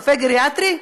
רופא גריאטרי,